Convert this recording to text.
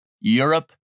Europe